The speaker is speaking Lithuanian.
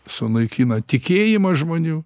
sunaikina tikėjimą žmonių